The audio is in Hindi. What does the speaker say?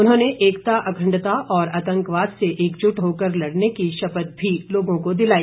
उन्होंने एकता अखंडता और आतंकवाद से एकजुट होकर लड़ने की शपथ भी लोगों को दिलाई